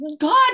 God